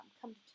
come